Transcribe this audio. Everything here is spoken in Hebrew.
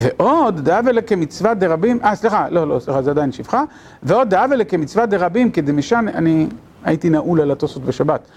ועוד דהוה ליה כמצווה דרבים, אה סליחה, לא לא סליחה זה עדיין שבחה ועוד דהוה ליה כמצווה דרבים כדמשני אני הייתי נעול על התוספות בשבת